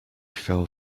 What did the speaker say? fell